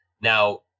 Now